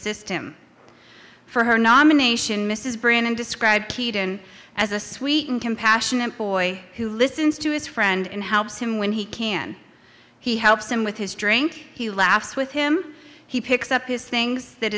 him for her nomination mrs brennan described keaton as a sweet and compassionate boyo who listens to his friend and helps him when he can he helps him with his drink he laughs with him he picks up his things that